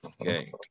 Okay